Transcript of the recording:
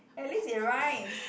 at least it rhymes